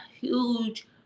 huge